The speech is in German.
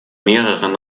mehreren